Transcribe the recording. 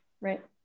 right